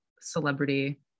celebrity